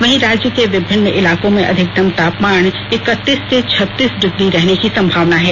वहीं राज्य के विभिन्न इलाको में अधिकतम तापमान इक्कतीस से छत्तीस डिग्री रहने की संभावना है